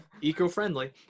Eco-friendly